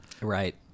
Right